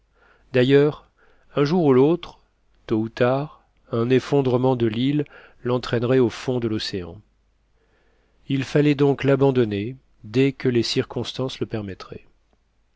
d'ailleurs un jour ou l'autre tôt ou tard un effondrement de l'île l'entraînerait au fond de l'océan il fallait donc l'abandonner dès que les circonstances le permettraient